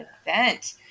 event